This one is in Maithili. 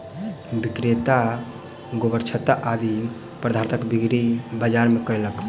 विक्रेता गोबरछत्ता आदि पदार्थक बिक्री बाजार मे कयलक